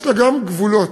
יש לה גם גבולות,